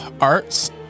arts